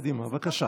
קדימה, בבקשה.